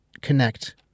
connect